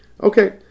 Okay